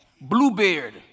Bluebeard